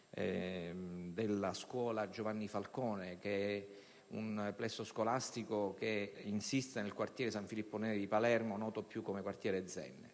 la scuola "Giovanni Falcone", un plesso scolastico che insiste nel quartiere San Filippo Neri di Palermo (più noto come quartiere ZEN).